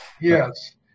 Yes